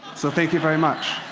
so, thank you very much.